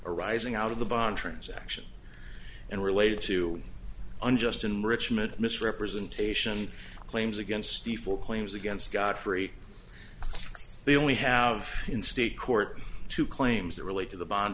arising out of the bond transaction and related to unjust enrichment misrepresentation claims against the full claims against godfrey they only have in state court two claims that relate to the bond